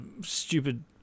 stupid